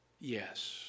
Yes